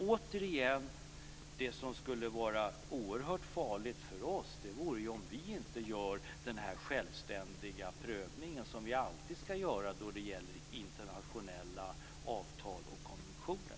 Återigen: Det som skulle vara oerhört farligt för oss vore om vi inte gör den självständiga prövning som vi alltid ska göra när det gäller internationella avtal och konventioner.